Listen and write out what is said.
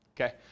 Okay